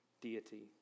deity